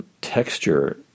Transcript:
texture